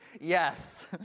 Yes